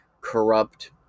corrupt